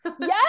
Yes